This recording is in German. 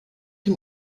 dem